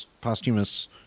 posthumous